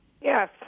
Yes